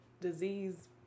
disease